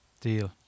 deal